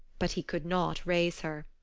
but he could not raise her.